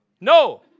No